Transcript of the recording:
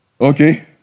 okay